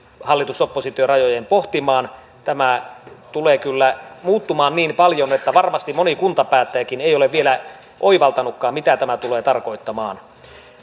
hallitus oppositio rajojen pohtimaan tämä tulee kyllä muuttumaan niin paljon että varmasti moni kuntapäättäjäkään ei ole vielä oivaltanut mitä tämä tulee tarkoittamaan